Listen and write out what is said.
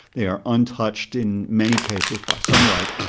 they are untouched in many cases by sunlight.